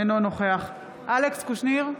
אינו נוכח אלכס קושניר,